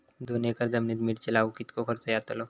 दोन एकर जमिनीत मिरचे लाऊक कितको खर्च यातलो?